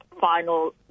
final